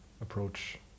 approach